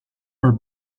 are